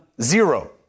zero